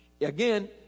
Again